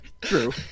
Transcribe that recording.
True